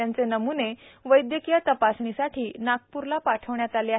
त्यांचे नम्ने वैद्यकीय तपासणीसाठी नागपूर येथे पाठविण्यात आले आहेत